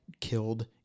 killed